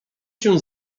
się